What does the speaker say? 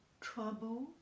trouble